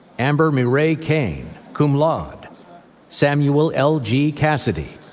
amber mireille cain, cum laude samuel l g. cassedy,